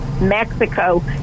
mexico